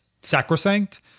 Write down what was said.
sacrosanct